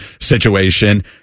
situation